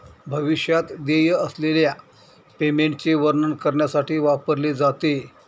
भविष्यात देय असलेल्या पेमेंटचे वर्णन करण्यासाठी वापरले जाते